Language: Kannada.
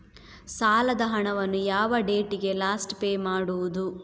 ಸಾಲದ ಹಣವನ್ನು ಯಾವ ಡೇಟಿಗೆ ಲಾಸ್ಟ್ ಪೇ ಮಾಡುವುದು?